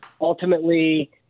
Ultimately